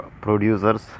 producers